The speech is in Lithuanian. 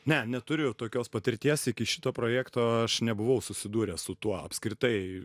ne neturiu tokios patirties iki šito projekto aš nebuvau susidūręs su tuo apskritai